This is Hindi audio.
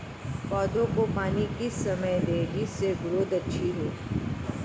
पौधे को पानी किस समय दें जिससे ग्रोथ अच्छी हो?